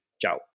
Ciao